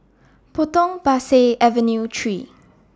Potong Pasir Avenue three